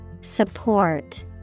Support